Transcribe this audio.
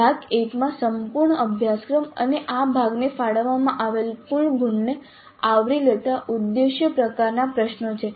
ભાગ A માં સંપૂર્ણ અભ્યાસક્રમ અને આ ભાગને ફાળવવામાં આવેલા કુલ ગુણને આવરી લેતા ઉદ્દેશ્ય પ્રકારના પ્રશ્નો છે